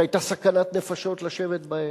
שהיתה סכנת נפשות לשבת בהם.